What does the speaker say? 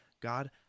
God